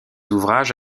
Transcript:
ouvrage